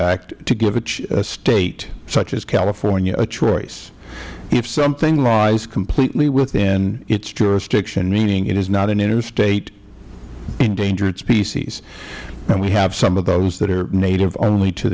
act to give a state such as california a choice if something lies completely within its jurisdiction meaning it is not an interstate endangered species and we have some of those that are native only to